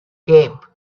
cape